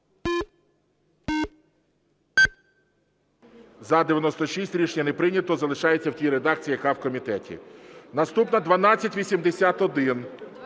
За-96 Рішення не прийнято. Залишається в тій редакції, яка в комітеті. Наступна 1281.